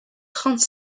trente